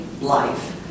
life